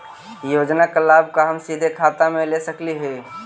योजना का लाभ का हम सीधे खाता में ले सकली ही?